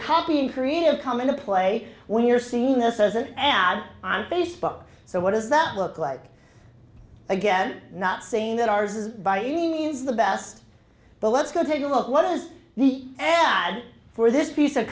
copying creator come into play when you're seeing this as an add on facebook so what does that look like again not saying that ours is by any means the best but let's go take a look what is the ad for this piece of